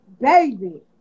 baby